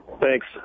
Thanks